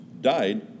died